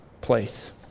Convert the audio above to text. place